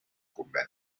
conveni